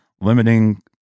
limiting